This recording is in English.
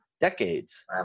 decades